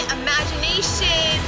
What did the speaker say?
imagination